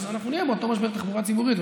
אז אנחנו נהיה באותו משבר תחבורה ציבורית.